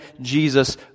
Jesus